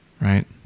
right